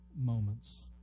moments